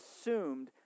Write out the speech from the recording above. assumed